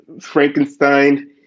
Frankenstein